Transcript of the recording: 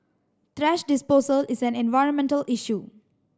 thrash disposal is an environmental issue